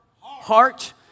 heart